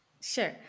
Sure